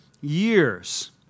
years